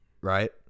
right